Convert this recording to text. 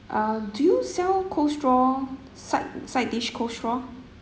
ah do you sell coleslaw side side dish coleslaw